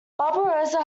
barbarossa